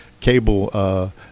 cable